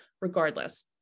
regardless